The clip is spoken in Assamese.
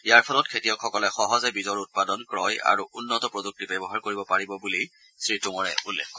ইয়াৰ ফলত খেতিয়কসকলে সহজে বীজৰ উৎপাদন ক্ৰয় আৰু উন্নত প্ৰযুক্তি ব্যৱহাৰ কৰিব পাৰিব বুলি শ্ৰীটোমৰে উল্লেখ কৰে